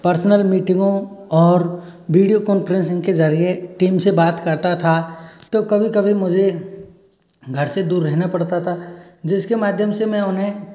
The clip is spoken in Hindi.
पर्सनल मीटिंगों और वीडियो कॉन्फ़्रेंसिंग के जरिए टीम से बात करता था तो कभी कभी मुझे घर से दूर रहना पड़ता था जिसके माध्यम से मैं उन्हें